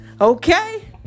Okay